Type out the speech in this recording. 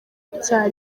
icya